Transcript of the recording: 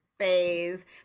phase